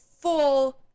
full